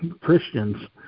Christians